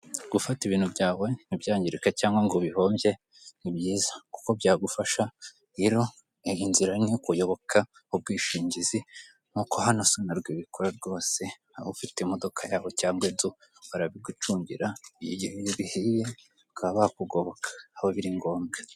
Gufata ibintu byawe ntibyangirike cyangwa ngo ubihombye ni byiza kuko byagufasha rero iyi nzira ni iyo kuyoboka ubwishingizi nkuko hano SONARWA ibikora rwose nawe ufite imodoka yawe cyangwa Youtube barabigucungira igihe bihiye bakaba bakugoboka aho biri ngombwa.